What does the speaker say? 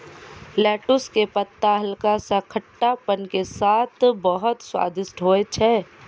lettuce के पत्ता हल्का सा खट्टापन के साथॅ बहुत स्वादिष्ट होय छै